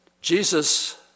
Jesus